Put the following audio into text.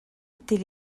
était